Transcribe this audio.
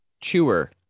Chewer